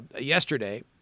yesterday